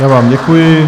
Já vám děkuji.